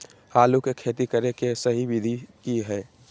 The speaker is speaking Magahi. आलू के खेती करें के सही विधि की हय?